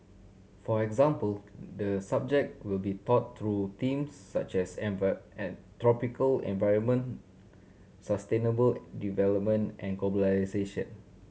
for example the subject will be taught through themes such as tropical environment sustainable development and globalisation